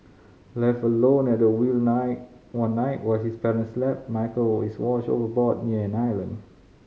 left alone at the wheel night one night while his parents slept Michael is washed overboard near an island